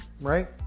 right